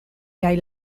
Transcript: kaj